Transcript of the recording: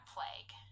Plague